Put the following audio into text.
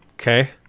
Okay